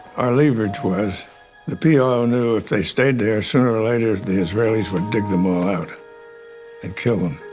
our leverage was the p l o. knew if they stayed there, sooner or later the israelis would dig them all out and kill them.